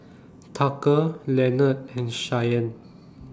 Tucker Leonard and Shyanne